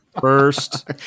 first